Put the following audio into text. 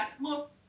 look